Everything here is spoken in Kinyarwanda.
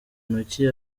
ntoki